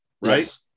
right